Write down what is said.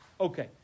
Okay